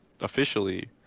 officially